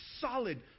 solid